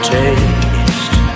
taste